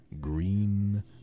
green